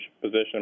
position